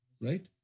right